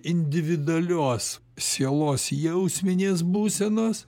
individualios sielos jausminės būsenos